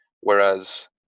Whereas